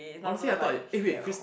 honestly I thought eh eh wait Chris